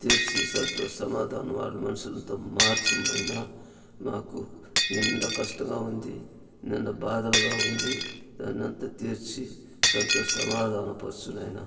తీర్చి సత్య సమాధానముతో మనుషులను మార్చుము నాయన మాకు నిండా కష్టంగా ఉంది నన్ను బాధగా ఉంది దాన్నంత తీర్చి సత్య సమాధాన పరుచు నాయన